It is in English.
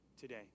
today